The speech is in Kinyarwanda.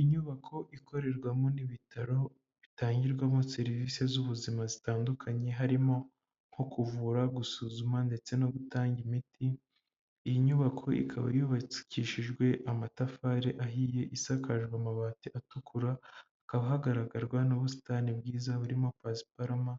Inyubako ikorerwamo n'ibitaro bitangirwamo serivisi z'ubuzima zitandukanye harimo nko kuvura gusuzuma ndetse no gutanga imiti iyi nyubako ikaba yubakishijwe amatafari ahiye isakaje amabati atukura hakaba hagaragarwa n'ubusitani bwiza burimo pasparma